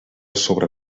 sobre